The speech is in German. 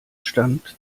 stand